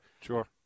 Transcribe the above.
Sure